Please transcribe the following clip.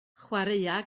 chwaraea